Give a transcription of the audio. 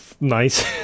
nice